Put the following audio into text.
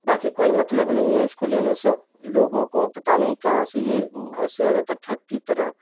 बाकी कोई मतलब नहीं है उसको लेने से लोगों को पता नहीं कहाँ से ये ऐसे आ जाता है ठक कि तरह